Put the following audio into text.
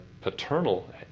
paternal